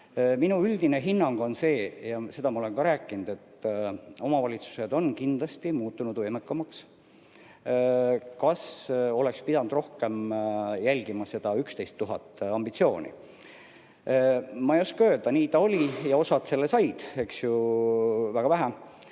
Minu üldine hinnang on see ja seda ma olen ka rääkinud, et omavalitsused on kindlasti muutunud võimekamaks. Kas oleks pidanud rohkem jälgima seda 11 000 ambitsiooni? Ma ei oska öelda. Nii ta oli ja osa selleni said, eks ju, küll väga